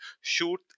shoot